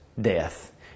death